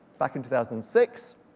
back in two thousand and six